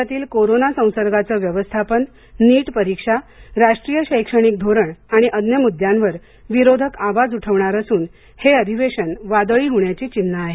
राज्यातील कोरोना संसर्गाचं व्यवस्थापन नीट परीक्षा राष्ट्रीय शैक्षणिक धोरण आणि अन्य मुद्द्यांवर विरोधक आवाज उठवणार असून हे अधिवेशन वादळी होण्याची चिन्ह आहेत